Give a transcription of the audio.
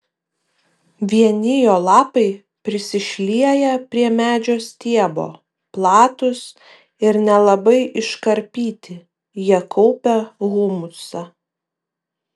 vieni jo lapai prisišlieję prie medžio stiebo platūs ir nelabai iškarpyti jie kaupia humusą